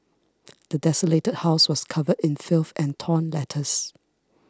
the desolated house was covered in filth and torn letters